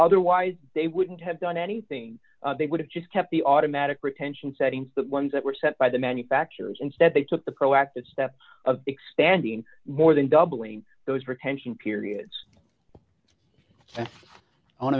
otherwise they wouldn't have done anything they would have just kept the automatic retention settings the ones that were sent by the manufacturers instead they took the proactive step of expanding more than doubling those retention periods